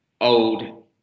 old